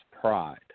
pride